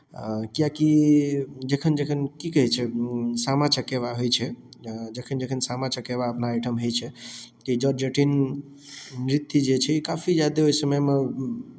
किआकि जखन जखन की कहैत छै सामा चकेबा होइत छै जखन जखन सामा चकेबा अपना ओहिठाम होइत छै ई जट जटिन नृत्य जे छै काफी ज्यादे ओहि समयमे